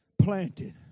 planted